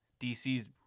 DC's